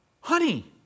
Honey